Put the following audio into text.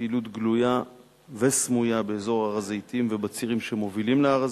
פעילות גלויה וסמויה באזור הר-הזיתים ובצירים שמובילים להר-הזיתים.